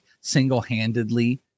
single-handedly